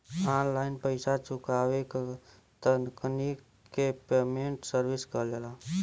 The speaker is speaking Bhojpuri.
ऑनलाइन पइसा चुकावे क तकनीक के पेमेन्ट सर्विस कहल जाला